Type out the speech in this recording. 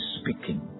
speaking